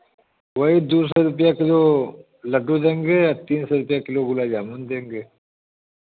वही दो सौ रुपए किली लड्डू देंगे तीन सौ रुपए किलो गुलाब जामुन देंगे